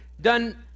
done